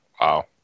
Wow